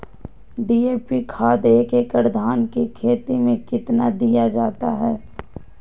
DAP खाद एक एकड़ धान की खेती में कितना दीया जाता है?